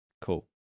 Cool